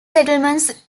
settlements